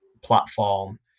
platform